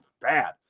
bad